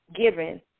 given